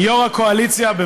יו"ר הקואליציה,